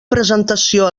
presentació